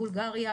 בולגריה,